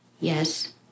Yes